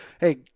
Hey